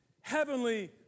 heavenly